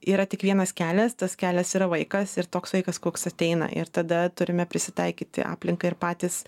yra tik vienas kelias tas kelias yra vaikas ir toks vaikas koks ateina ir tada turime prisitaikyti aplinką ir patys